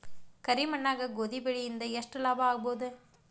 ಕರಿ ಮಣ್ಣಾಗ ಗೋಧಿ ಬೆಳಿ ಇಂದ ಎಷ್ಟ ಲಾಭ ಆಗಬಹುದ?